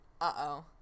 Uh-oh